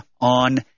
on